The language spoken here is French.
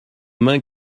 main